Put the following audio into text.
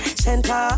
center